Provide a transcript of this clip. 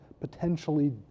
potentially